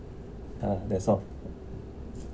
ah that's all